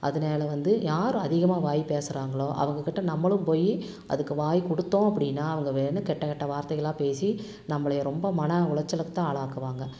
அதனால வந்து யார் அதிகமாக வாய் பேசுறாங்களோ அவங்ககிட்டே நம்மளும் போய் அதுக்கு வாய் கொடுத்தோம் அப்படின்னா அவங்க வேணும்ன்னு கெட்ட கெட்ட வார்த்தைகளாக பேசி நம்மள ரொம்ப மன உளைச்சளுக்குத் தான் ஆளாக்குவாங்க